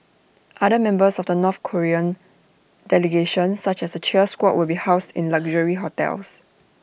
other members of the north Korean delegation such as the cheer squad will be housed in luxury hotels